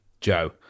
Joe